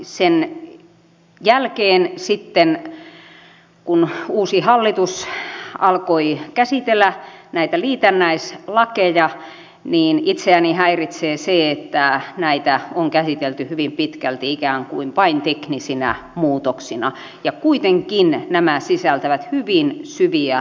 sen jälkeen sitten kun uusi hallitus alkoi käsitellä näitä liitännäislakeja näitä itseäni häiritsee se on käsitelty hyvin pitkälti ikään kuin vain teknisinä muutoksina ja kuitenkin nämä sisältävät hyvin syviä arvomuutoksia